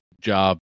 job